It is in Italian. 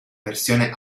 versione